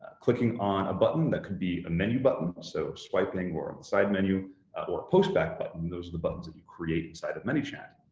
clicking on a button, that could be a menu button, so swiping or on the side menu or a pushback button, those are the buttons that you create inside of manychat,